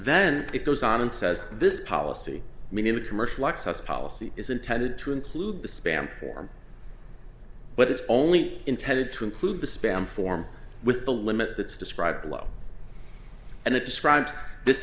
then it goes on and says this policy meaning the commercial access policy is intended to include the spam form but it's only intended to include the spam form with the limit that's described below and it describes this